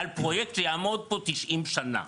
על פרויקט שיעמוד פה 90 שנה.